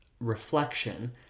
reflection